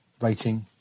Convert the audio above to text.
rating